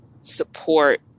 support